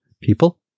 people